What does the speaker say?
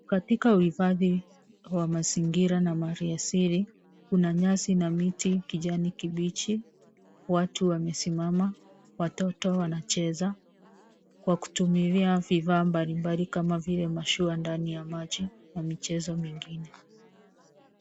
Katika uhifadhi wa mazingira na maliasili. Kuna nyasi na miti kijani kibichi. Watu wamesimama. Watoto wanacheza kwa kutumia vifaa mbali mbali kama mashua ndani ya maji na michezo mingine.